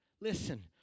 listen